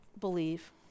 believe